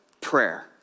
prayer